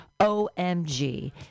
OMG